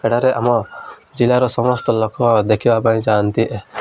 ଏଠାରେ ଆମ ଜିଲ୍ଲାର ସମସ୍ତ ଲୋକ ଦେଖିବା ପାଇଁ ଯାଆନ୍ତି